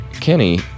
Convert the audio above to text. Kenny